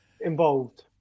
involved